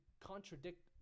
Contradict